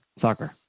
soccer